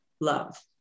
love